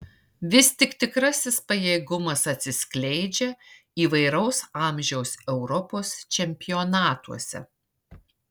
vis tik tikrasis pajėgumas atsiskleidžia įvairaus amžiaus europos čempionatuose